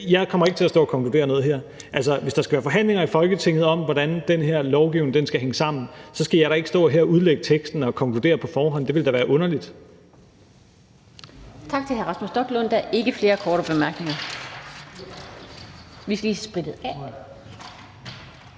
jeg kommer ikke til at stå og konkludere noget her. Altså, hvis der skal være forhandlinger i Folketinget om, hvordan den her lovgivning skal hænge sammen, så skal jeg da ikke stå her og udlægge teksten og konkludere noget på forhånd. Det ville da være underligt.